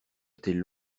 était